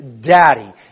daddy